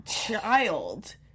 child